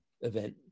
event